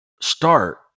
start